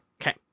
okay